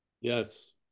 Yes